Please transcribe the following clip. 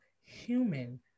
human